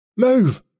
Move